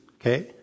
okay